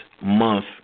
month